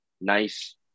nice